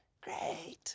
great